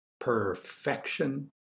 perfection